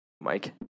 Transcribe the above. Mike